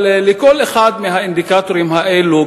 אבל לכל אחד מהאינדיקטורים האלו,